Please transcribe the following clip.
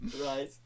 Right